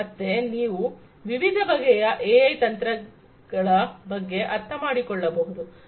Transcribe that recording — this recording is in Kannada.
ಮತ್ತೆ ನಾವು ವಿವಿಧ ಬಗೆಯ ಎಐ ತಂತ್ರಗಳ ಬಗ್ಗೆ ಅರ್ಥಮಾಡಿಕೊಳ್ಳಬೇಕು